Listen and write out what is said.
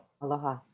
Aloha